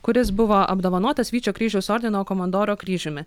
kuris buvo apdovanotas vyčio kryžiaus ordino komandoro kryžiumi